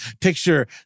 picture